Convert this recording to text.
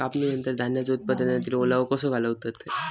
कापणीनंतर धान्यांचो उत्पादनातील ओलावो कसो घालवतत?